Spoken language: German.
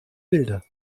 bilder